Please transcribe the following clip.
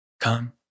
Come